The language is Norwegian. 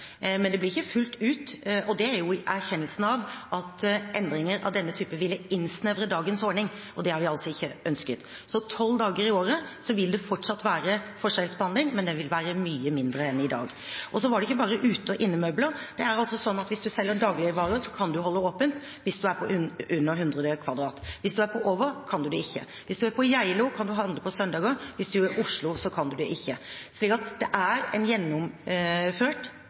men det blir ikke fullt ut, og det er jo i erkjennelsen av at endringer av denne type ville innsnevre dagens ordning, og det har vi altså ikke ønsket. Så tolv dager i året vil det fortsatt være forskjellsbehandling, men det vil være mye mindre enn i dag. Og så var det ikke bare utemøbler og innemøbler. Det er altså slik at hvis man selger dagligvarer, kan man holde åpent hvis man har under 100 m2. Hvis man har over 100 m2, kan man det ikke. Hvis man er på Geilo, kan man handle på søndager, hvis man er i Oslo, kan man det ikke. Så det er en gjennomført